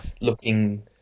looking